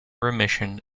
remission